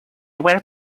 were